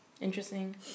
Interesting